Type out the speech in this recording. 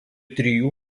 trijų